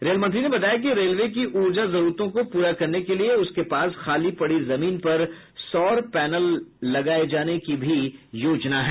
rail मंत्री ने बताया कि रेलवे की ऊर्जा जरूरतों को पूरा करने के लिए उसके पास खाली पड़ी जमीन पर सौर पैनल लगाए जाने की भी योजना है